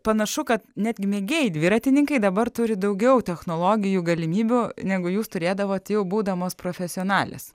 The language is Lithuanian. panašu kad netgi mėgėjai dviratininkai dabar turi daugiau technologijų galimybių negu jūs turėdavot jau būdamos profesionalės